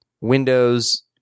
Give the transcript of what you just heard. Windows